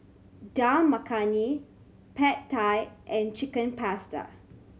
Dal Makhani Pad Thai and Chicken Pasta